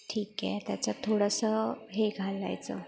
ठीक आहे त्याच्यात थोडंसं हे घालायचं